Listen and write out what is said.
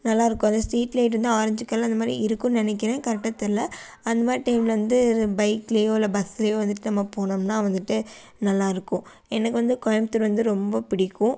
நல்லாயிருக்கும் அந்த street light வந்து ஆரெஞ் கலர் அந்தமாதிரி இருக்குதுனு நினைக்கிறன் கரெக்டாக தெரில அந்தமாதிரி டைமில் வந்து பைக்குலேயோ இல்லை பஸ்லேயோ வந்துட்டு நம்ம போனோம்னா வந்துட்டு நல்லாயிருக்கும் எனக்கு வந்து கோயமுத்தூர் வந்து ரொம்ப பிடிக்கும்